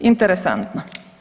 Interesantno.